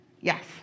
Yes